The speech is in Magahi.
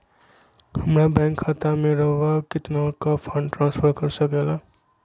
हमरा बैंक खाता से रहुआ कितना का फंड ट्रांसफर कर सके ला?